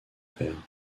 père